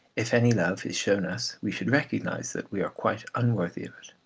if any love is shown us we should recognise that we are quite unworthy of it.